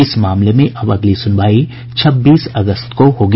इस मामले में अब अगली सुनवाई छब्बीस अगस्त को होगी